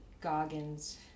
Goggins